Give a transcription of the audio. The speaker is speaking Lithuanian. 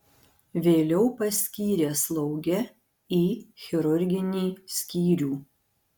vėliau paskyrė slauge į chirurginį skyrių